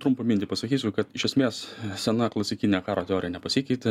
trumpą mintį pasakysiu kad iš esmės sena klasikinė karo teorija nepasikeitė